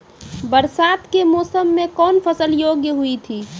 बरसात के मौसम मे कौन फसल योग्य हुई थी?